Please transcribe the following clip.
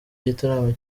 igitaramo